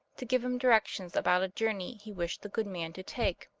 to give him directions about a journey he wished the good man to take.